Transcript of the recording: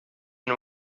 and